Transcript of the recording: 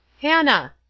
Hannah